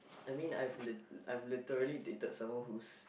I mean I've lit~ I've literally dated someone who's